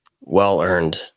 well-earned